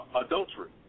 Adultery